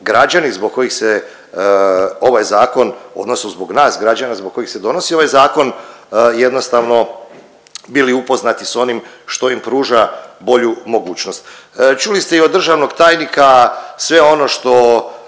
građani zbog kojih se ovaj zakon, odnosno zbog nas građana zbog kojih se donosi ovaj zakon jednostavno bili upoznati sa onim što im pruža bolju mogućnost. Čuli ste i od državnog tajnika sve ono što